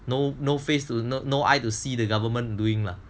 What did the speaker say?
no no face to no eye to see the government doing lah